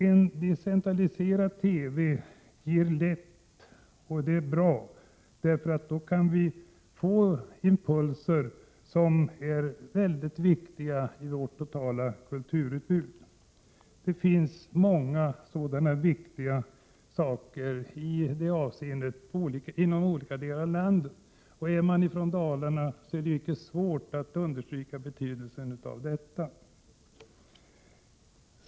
En decentraliserad TV ger lätt — och det är bra —- impulser som är viktiga för vårt totala kulturutbud. Det finns många sådana viktiga saker i det avseendet inom olika delar av landet. Är man från Dalarna är det inte svårt att understryka betydelsen av detta.